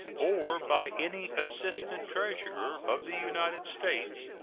or by any assistant treasurer of the united states,